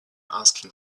asking